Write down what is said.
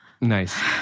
Nice